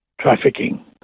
trafficking